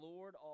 Lord